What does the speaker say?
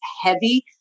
heavy